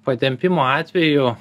patempimo atveju